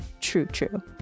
true-true